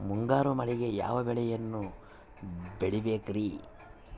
ಮುಂಗಾರು ಮಳೆಗೆ ಯಾವ ಬೆಳೆಯನ್ನು ಬೆಳಿಬೇಕ್ರಿ?